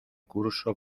curso